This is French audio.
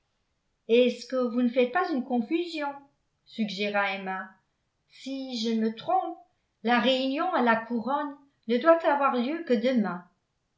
est-ce que vous ne faites pas une confusion suggéra emma si je ne me trompe la réunion à la couronne ne doit avoir lieu que demain